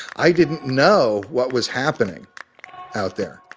i didn't know what was happening out there